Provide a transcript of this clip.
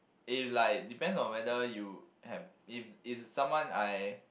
if like depends on whether you have if it's someone I